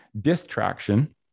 distraction